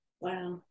Wow